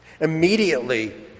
Immediately